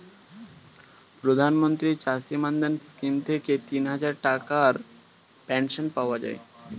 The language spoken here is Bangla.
প্রধানমন্ত্রী চাষী মান্ধান স্কিম থেকে তিনহাজার টাকার পেনশন পাওয়া যায়